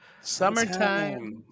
Summertime